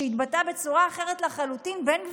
שהתבטא בצורה אחרת לחלוטין: בן גביר,